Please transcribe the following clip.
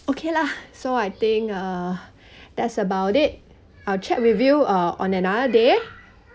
okay lah so I think uh that's about it I'll chat with you uh on another day